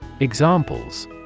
Examples